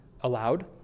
allowed